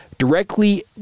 directly